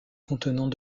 contenant